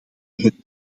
hen